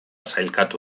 sailkatu